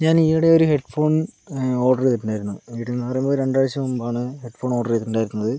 ഞാൻ ഈയിടെ ഒരു ഹെഡ് ഫോൺ ഓർഡർ ചെയ്തിട്ടുണ്ടായിരുന്നു ഈയിടെയെന്ന് പറയുമ്പോൾ രണ്ടാഴ്ച മുൻപാണ് ഹെഡ് ഫോൺ ഓർഡർ ചെയ്തിട്ടുണ്ടായിരുന്നത്